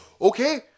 Okay